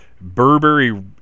burberry